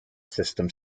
system